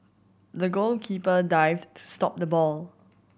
the goalkeeper dived to stop the ball